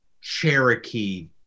cherokee